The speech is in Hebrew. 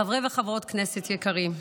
חברי וחברות כנסת יקרים,